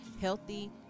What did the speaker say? Healthy